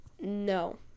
No